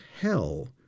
hell